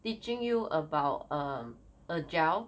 teaching you about um agile